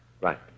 Right